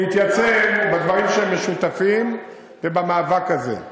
להתייצב בדברים שהם משותפים ובמאבק הזה.